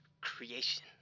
creation